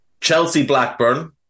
Chelsea-Blackburn